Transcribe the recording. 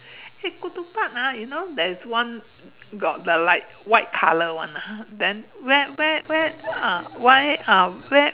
hey ketupat ah you know there's one got the like white colour one ah then where where where uh why uh where